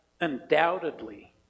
undoubtedly